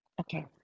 Okay